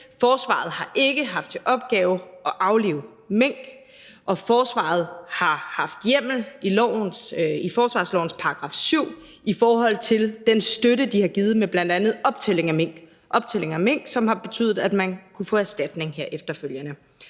Forsvaret har ikke haft til opgave at aflive mink, og forsvaret har haft hjemmel i forsvarslovens § 7 i forhold til den støtte, de har givet, med bl.a. optælling af mink – en optælling af mink, som har betydet, at man har kunnet få erstatning her efterfølgende.